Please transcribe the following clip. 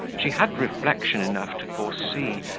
she had reflection enough to foresee,